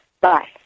Bye